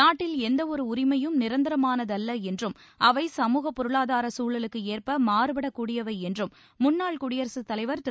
நாட்டில் எந்தவொரு உரிமையும் நிரந்தரமானதல்ல என்றும் அவை சமூக பொருளாதார சூழலுக்கு ஏற்ப மாறுபடக்கூடியவை என்றும் முன்னாள் குடியரசுத் தலைவர் திரு